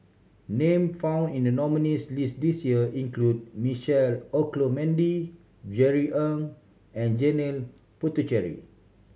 name found in the nominees' list this year include Michael Olcomendy Jerry Ng and Janil Puthucheary